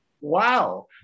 wow